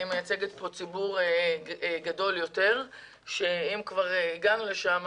אני מייצגת כאן ציבור גדול יותר ואם כבר הגענו לשם,